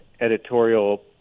editorial